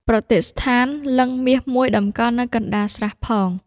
ប្រតិស្ឋានលិង្គមាសមួយតម្កល់នៅកណ្ដាលស្រះផង